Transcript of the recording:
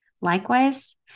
Likewise